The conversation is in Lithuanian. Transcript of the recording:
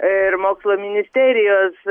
ir mokslo ministerijos